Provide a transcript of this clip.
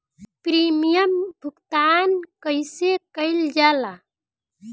Premium भुगतान कइसे कइल जाला?